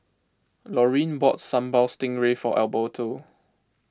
Lorene boughts Sambal Stingray for Alberto